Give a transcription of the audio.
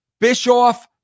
Bischoff